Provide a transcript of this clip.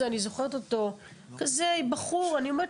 זאת אומרת,